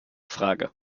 frage